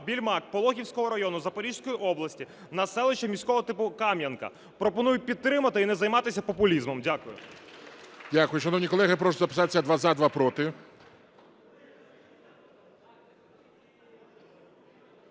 Більмак Пологівського району Запорізької області на селище міського типу Кам'янка. Пропоную підтримати і не займатися популізмом. Дякую. ГОЛОВУЮЧИЙ. Дякую. Шановні колеги, прошу записатися: два – за, два – проти.